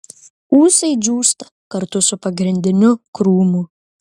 ūsai džiūsta kartu su pagrindiniu krūmu